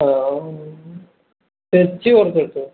ആ തെച്ചി കുറച്ചെടുത്തോ